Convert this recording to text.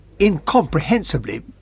incomprehensibly